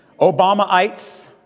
Obamaites